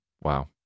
Wow